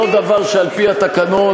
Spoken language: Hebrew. זה לא דבר שעל-פי התקנון,